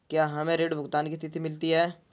क्या हमें ऋण भुगतान की तिथि मिलती है?